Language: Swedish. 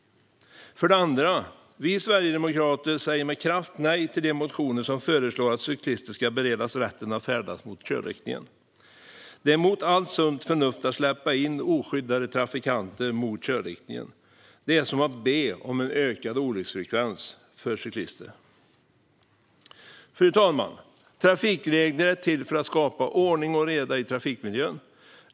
För det andra säger vi sverigedemokrater med kraft nej till de motioner där det föreslås att cyklister ska beredas rätten att färdas mot körriktningen. Det är mot allt sunt förnuft att släppa in oskyddade trafikanter mot körriktningen, det är som att be om ökad olycksfrekvens för cyklister. Fru talman! Trafikregler är till för att skapa ordning och reda i trafikmiljön.